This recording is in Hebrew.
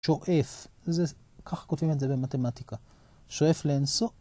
שואף, ככה כותבים את זה במתמטיקה, שואף לאינסוף.